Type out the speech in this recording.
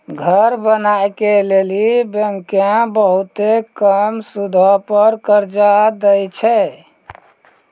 घर बनाय के लेली बैंकें बहुते कम सूदो पर कर्जा दै छै